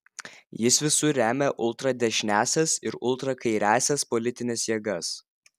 jis visur remia ultradešiniąsias ir ultrakairiąsias politines jėgas